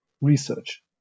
research